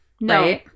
no